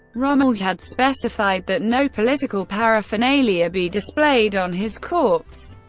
rommel had specified that no political paraphernalia be displayed on his corpse,